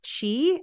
chi